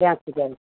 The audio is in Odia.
ଡ୍ୟାନ୍ସ ଶିଖିବାକୁ